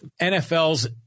NFL's